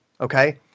Okay